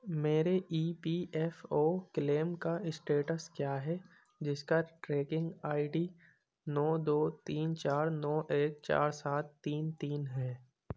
میرے E P F O claim کا status کیا ہے جس کا ٹریکنگ آئی ڈی نو دو تین چار نو ایک چار سات تین تین ہے